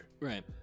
right